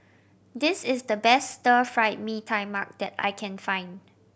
this is the best Stir Fried Mee Tai Mak that I can find